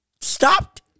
stopped